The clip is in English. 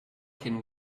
can